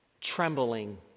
trembling